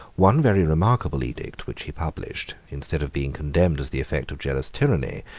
one very remarkable edict which he published, instead of being condemned as the effect of jealous tyranny,